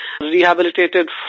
rehabilitated